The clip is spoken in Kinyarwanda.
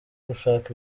gushaka